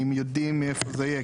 האם יודעים מאיפה זה יהיה?